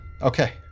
Okay